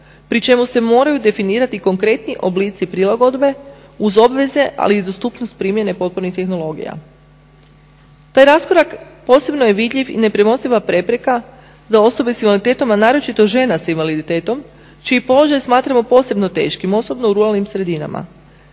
pri čemu se moraju definirati i konkretni oblici prilagodbe uz obveze ali i dostupnost primjene potpornih tehnologija. Taj raskorak posebno je vidljiv i nepremostiva prepreka za osobe sa invaliditetom, a naročito žena sa invaliditetom čiji položaj smatramo posebno teškim osobno u ruralnim sredinama.